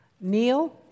Neil